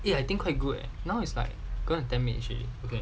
eh I think quite good eh now it's like going to damage eh like